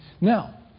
Now